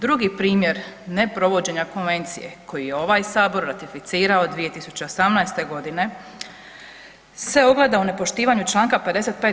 Drugi primjer neprovođenja konvencije koju je ovaj Sabor ratificirao 2018.g. se ogleda u nepoštivanju čl. 55.